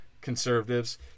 Conservatives